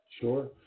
Sure